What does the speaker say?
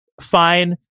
fine